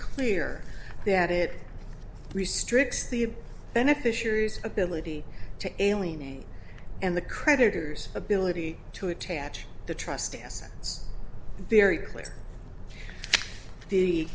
clear that it restricts the beneficiaries ability to alienate and the creditors ability to attach the trustee assets very clear the